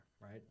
right